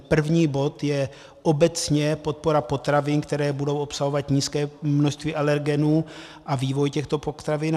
První bod je obecně podpora potravin, které budou obsahovat nízké množství alergenů, a vývoj těchto potravin.